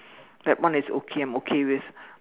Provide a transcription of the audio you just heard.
that one is okay I'm okay with